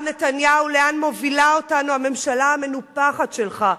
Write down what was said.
מר נתניהו, לאן מובילה אותנו הממשלה המנופחת שלך,